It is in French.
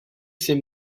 ses